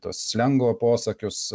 tuos slengo posakius